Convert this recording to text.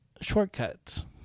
shortcuts